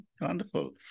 Wonderful